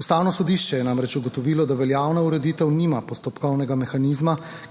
Ustavno sodišče je namreč ugotovilo, da veljavna ureditev nima postopkovnega mehanizma,